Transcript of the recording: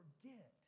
forget